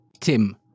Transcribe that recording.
Tim